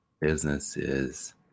businesses